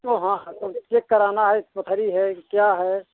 तो हाँ हमें चेक कराना है कि पथरी है क्या है